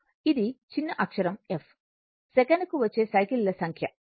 ఇది చిన్నఅక్షరం f సెకనుకు వచ్చే సైకిల్ ల సంఖ్య అవుతుంది